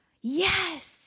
Yes